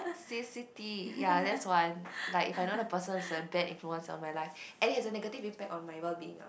Sim City ya that's one like if I know the person is a bad influence on my life and he has a negative impact in my well being lah